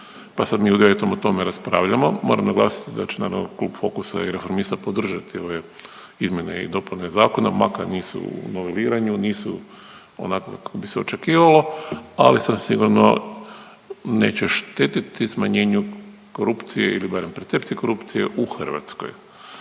pa sad mi u 9. u tome raspravljamo. Moram naglasiti da će naravno Klub Fokusa i Reformista podržati ove izmjene i dopune zakona makar nisu u noveliranju, nisu onako kako bi se očekivalo, ali sasvim sigurno neće štetiti smanjenju korupcije ili barem percepciji korupcije u Hrvatskoj.